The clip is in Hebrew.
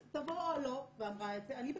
תבוא אוהלו, ואמרה את זה, אני בקצרין.